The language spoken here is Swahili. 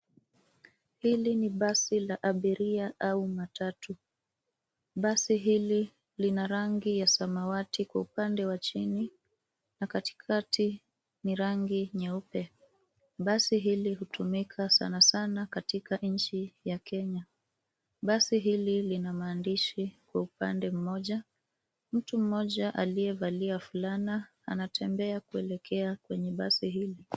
Hili ni basi la abiria au matatu. Basi hili lina rangi ya samawati kwa upande wa chini na katikati ni rangi nyeupe. Basi hili hutumika sana sana katika nchi ya kenya. Basi hili lina maandishi kwa upande mmoja, mtu mmoja aliyevalia fulana anatembea kuelekea kwenye basi hili.